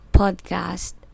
podcast